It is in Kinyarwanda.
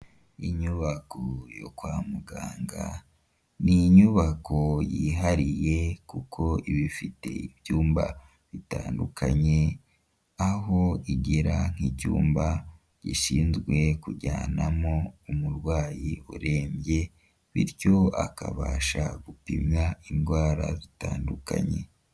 Inyubako yo kwa muganga ni inyubako yihariye kuko ibi ifite ibyumba bitandukanye aho igira nk'icyumba gishinzwe kujyanamo umurwayi urembye, bityo akabasha gupimwa indwara zitandukanye.